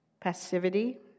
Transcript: passivity